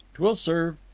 twill serve.